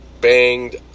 banged